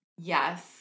Yes